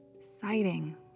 sighting